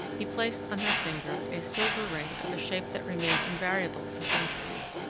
he placed on her finger a silver ring of a shape that remained invariable for centuries,